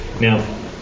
Now